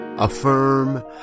affirm